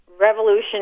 revolution